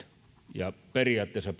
ja periaatteessa